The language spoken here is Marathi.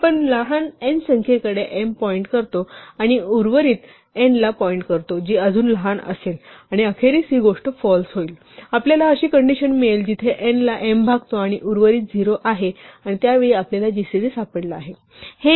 आपण लहान n संख्येकडे m पॉईंट करतो आणि उर्वरित n ला पॉईंट करतो जी अजून लहान असेल आणि अखेरीस ही गोष्ट फाल्स होईल आपल्याला अशी कंडिशन मिळेल जिथे n ला m भागतो आणि उर्वरित 0 आहे आणि त्या वेळी आपल्याला gcd सापडला आहे